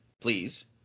Please